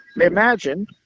imagine